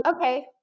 okay